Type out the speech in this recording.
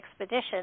expedition